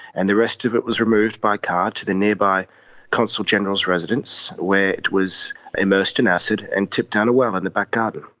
and the rest of it was removed by car to the nearby consul general's residence where it was immersed in acid and tipped down a well in the back garden.